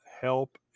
help